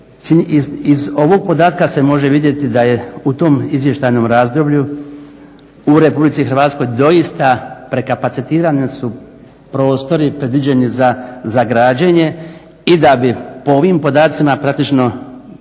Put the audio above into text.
iz ovog podatka se može vidjeti da je u tom izvještajnom razdoblju u Republici Hrvatskoj doista prekapacitirane su prostori predviđeni za građenje i da bi po ovim podacima praktično